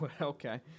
Okay